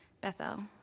Bethel